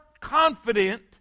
confident